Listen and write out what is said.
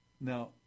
Now